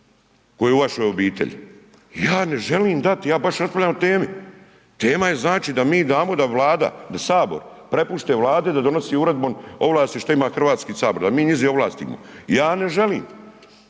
koji je u vašoj obitelji, ja ne želim dati, ja baš raspravljam o temi, tema je znači da mi damo da Vlada, da sabor prepusti Vladi da donosi uredbom ovlasti što ima Hrvatski sabor, da mi njizi ovlastimo, ja ne želim,